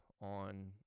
on